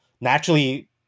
naturally